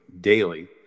daily